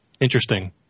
interesting